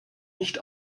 nicht